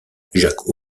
jacques